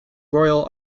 royal